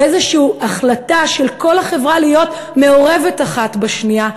לאיזושהי החלטה של כל החברה להיות מעורבת אחת בשנייה,